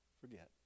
forget